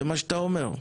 זה מה שאתה אומר.